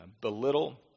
belittle